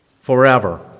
forever